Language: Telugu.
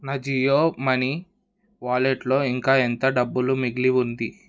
నా జియో మనీ వాలెట్లో ఇంకా ఎంత డబ్బులు మిగిలి ఉంది